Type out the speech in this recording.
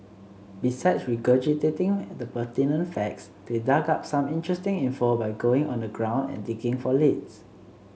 besides regurgitating the pertinent facts they dug up some interesting info by going on the ground and digging for leads